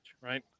right